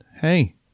hey